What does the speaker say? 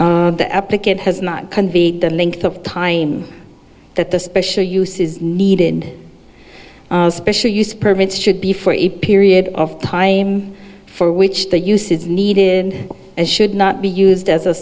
applicant has not conveyed the length of time that the special use is needed special use permits should be for a period of time for which the use is needed as should not be used as a